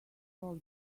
all